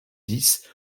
dix